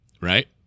right